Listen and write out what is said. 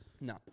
No